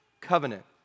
covenant